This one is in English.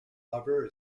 lover